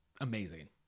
amazing